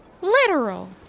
literal